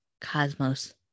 cosmos